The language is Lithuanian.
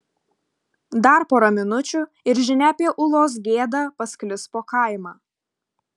dar pora minučių ir žinia apie ulos gėdą pasklis po kaimą